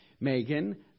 Megan